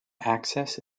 access